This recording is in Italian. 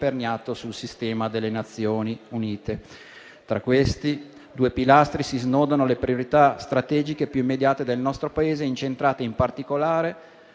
grazie.